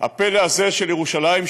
הפלא הזה של ירושלים,